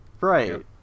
right